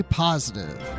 positive